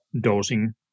dosing